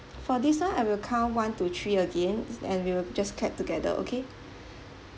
for this one I will count one two three again and we will just clap together okay